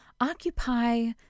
occupy